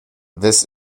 this